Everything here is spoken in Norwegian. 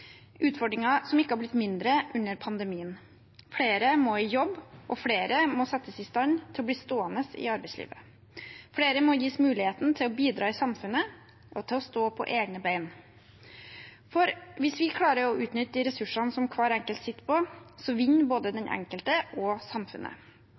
utfordringer som ikke har blitt mindre under pandemien. Flere må i jobb, og flere må settes i stand til å bli stående i arbeidslivet. Flere må gis muligheten til å bidra i samfunnet og til å stå på egne ben, for hvis vi klarer å utnytte ressursene hver enkelt sitter på, vinner både